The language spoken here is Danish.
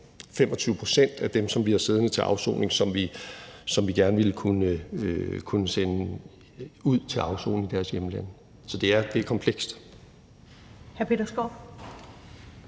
25 pct. af dem, som vi har siddende til afsoning, som vi gerne ville kunne sende ud til afsoning i deres hjemlande. Så det er komplekst.